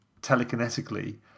telekinetically